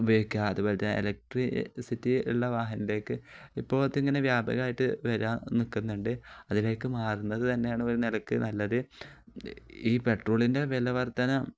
ഉപയോഗിക്കുക അതുപോലെ തന്നെ എലക്ട്രിസിറ്റിയുള്ള വാഹനത്തിലേക്ക് ഇപ്പോഴത്തെ ഇങ്ങനെ വ്യാപകമായിട്ട് വരാൻ നിൽക്കുന്നുണ്ട് അതിലേക്ക് മാറുന്നത് തന്നെയാണ് ഒരു നിലയ്ക്ക് നല്ലത് ഈ പെട്രോളിൻ്റെ വിലവർധന